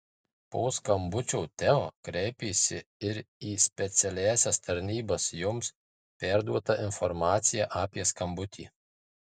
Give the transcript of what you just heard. po skambučio teo kreipėsi ir į specialiąsias tarnybas joms perduota informacija apie skambutį